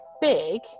big